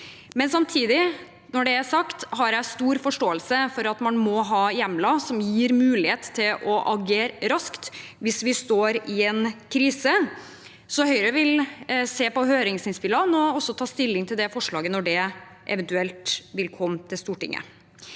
jeg samtidig stor forståelse for at man må ha hjemler som gir mulighet til å agere raskt hvis vi står i en krise. Høyre vil se på høringsinnspillene og ta stilling til det forslaget når det eventuelt kommer til Stortinget.